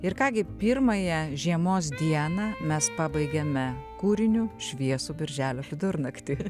ir ką gi pirmąją žiemos dieną mes pabaigėme kūriniu šviesų birželio vidurnaktį